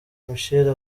michel